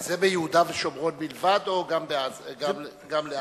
זה ביהודה ושומרון בלבד, או גם בעזה, גם לעזה?